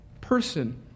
person